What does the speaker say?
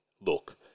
look